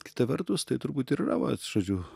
kita vertus tai turbūt ir yra vat žodžiu